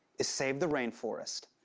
is save the rain forest.